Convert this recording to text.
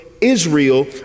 Israel